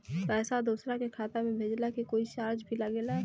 पैसा दोसरा के खाता मे भेजला के कोई चार्ज भी लागेला?